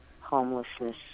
homelessness